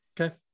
okay